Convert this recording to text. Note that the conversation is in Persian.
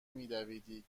میدویدی